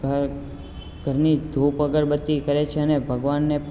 ઘર ઘરની ધૂપ અગરબત્તિ કરે છે અને ભગવાનને